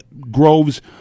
Groves